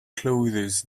clothes